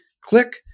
click